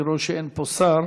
אני רואה שאין פה שר.